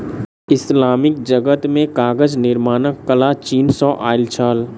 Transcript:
Islamic जगत मे कागज निर्माणक कला चीन सॅ आयल छल